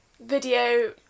video